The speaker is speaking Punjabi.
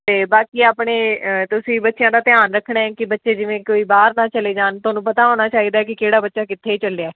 ਅਤੇ ਬਾਕੀ ਆਪਣੇ ਤੁਸੀਂ ਬੱਚਿਆਂ ਦਾ ਧਿਆਨ ਰੱਖਣਾ ਕਿ ਬੱਚੇ ਜਿਵੇਂ ਕੋਈ ਬਾਹਰ ਨਾ ਚਲੇ ਜਾਣ ਤੁਹਾਨੂੰ ਪਤਾ ਹੋਣਾ ਚਾਹੀਦਾ ਕਿ ਕਿਹੜਾ ਬੱਚਾ ਕਿੱਥੇ ਚੱਲਿਆ